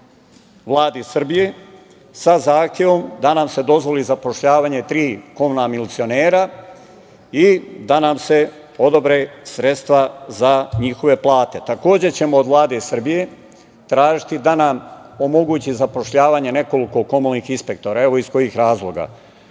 Vladi Srbije, sa zahtevom da nam se dozvoli zapošljavanje tri komunalna milicionera i da nam se odobre sredstva za njihove plate. Takođe, ćemo od Vlade Srbije tražiti da nam omogući zapošljavanje nekoliko komunalnih inspektora, evo iz kojih razloga.